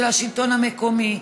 של השלטון המקומי,